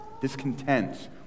discontent